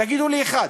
תגידו לי, אחד.